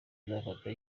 uzafatwa